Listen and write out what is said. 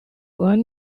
one